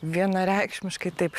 vienareikšmiškai taip